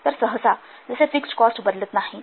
तर सहसा जसे फिक्स्ड कॉस्ट बदलत नाहीत